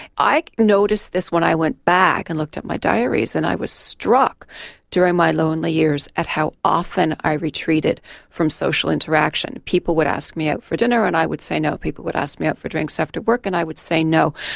noticed this when i went back and looked at my diaries and i was struck during my lonely years at how often i retreated from social interaction. people would ask me out for dinner and i would say no, people would ask me out for drinks after work and i would say no.